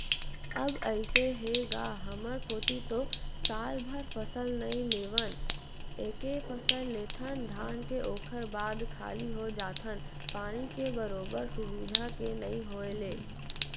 अब अइसे हे गा हमर कोती तो सालभर फसल नइ लेवन एके फसल लेथन धान के ओखर बाद खाली हो जाथन पानी के बरोबर सुबिधा के नइ होय ले